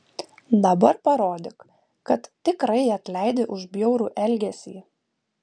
dabar parodyk kad tikrai atleidi už bjaurų elgesį